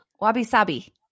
Wabi-sabi